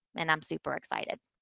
and i'm super excited.